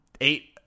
eight